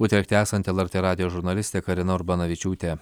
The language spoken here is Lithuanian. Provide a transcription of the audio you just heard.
utrechte esanti lrt radijo žurnalistė karina urbanavičiūtė